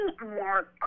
more